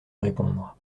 répondre